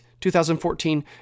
2014